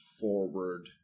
forward